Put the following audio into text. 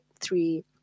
three